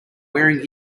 wearing